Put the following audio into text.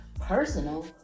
personal